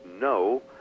no